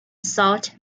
salt